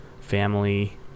family